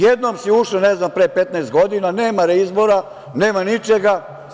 Jednom si ušla, ne znam, pre 15 godina, nema reizbora, nema ničega.